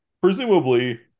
presumably